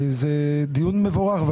זה דיון מבורך.